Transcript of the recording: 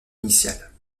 initiale